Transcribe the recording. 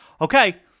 okay